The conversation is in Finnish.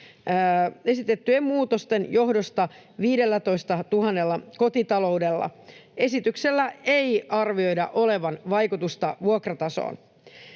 esitettyjen muutosten johdosta 15 000 kotitaloudella. Esityksellä ei arvioida olevan vaikutusta vuokratasoon.